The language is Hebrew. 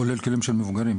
כולל כלים של מבוגרים.